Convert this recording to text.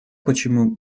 почему